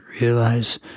realize